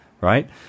right